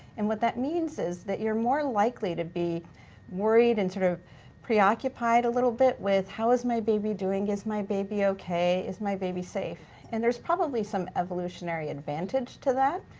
and what that means is that you're more likely to be worried and sort of preoccupied a little bit with how is my baby doing? is my baby okay? is my baby safe? and there's probably some evolutionary advantage to that.